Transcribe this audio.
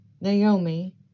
naomi